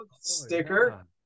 sticker